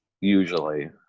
usually